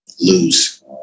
Lose